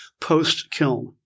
post-kiln